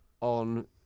on